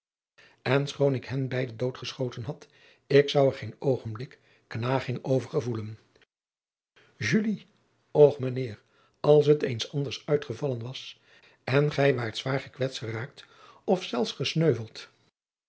n schoon ik hen beide dood geschoten had ik zou er geen oogenblik knaging over gevoelen ch mijn eer als het eens anders uitgevallen was en gij waart zwaar gekwetst geraakt of zelfs gesneuveld